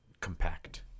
compact